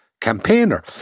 campaigner